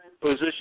position